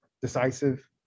decisive